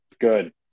Good